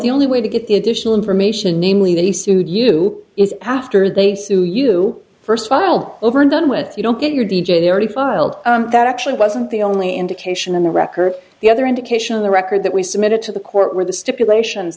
the only way to get the additional information namely that he sued you is after they sue you first filed over and done with you don't get your d j already filed that actually wasn't the only indication in the record the other indication on the record that we submitted to the court were the stipulations